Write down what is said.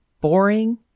boring